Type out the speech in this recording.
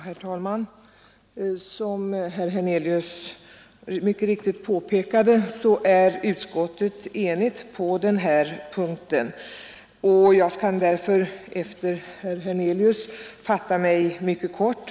Herr talman! Som herr Hernelius helt riktigt påpekade är utskottet enigt på den här punkten, och jag kan därför fatta mig mycket kort.